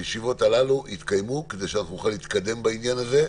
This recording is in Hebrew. הישיבות הללו יתקיימו כדי שנוכל להתקדם בעניין הזה,